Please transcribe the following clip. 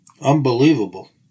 unbelievable